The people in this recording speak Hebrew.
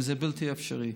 וזה בלתי אפשרי.